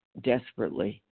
desperately